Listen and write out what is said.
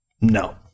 No